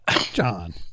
John